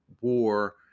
war